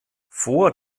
vor